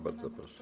Bardzo proszę.